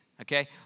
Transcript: Okay